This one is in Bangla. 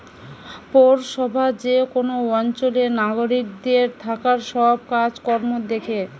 পৌরসভা যে কোন অঞ্চলের নাগরিকদের থাকার সব কাজ কর্ম দ্যাখে